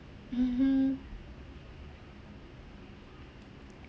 mmhmm